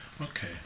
okay